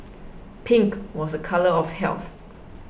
pink was a colour of health